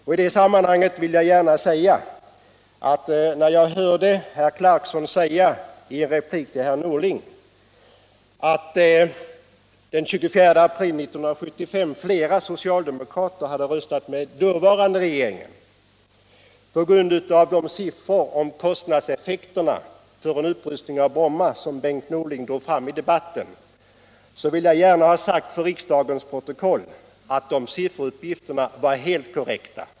e Herr Clarkson sade i en replik till Bengt Norling att flera socialdemokrater den 24 april 1975 hade röstat med dåvarande regeringen på grund av de siffror om kostnadseffekterna för en upprustning av Bromma som Bengt Norling lade fram under debatten. I det sammanhanget vill jag gärna till riksdagens protokoll ha sagt att de sifferuppgifterna var helt korrekta.